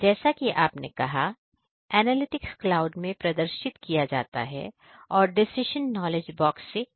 जैसा कि आपने कहा एनालिटिक्स क्लाउड में प्रदर्शित किया जाता है और डिसीजन नॉलेज बॉक्स से निकलता है